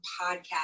podcast